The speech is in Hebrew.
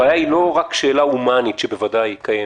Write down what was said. הבעיה היא לא רק שאלה הומאנית, שבוודאי היא קיימת.